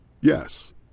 Yes